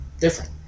different